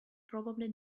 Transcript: probably